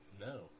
No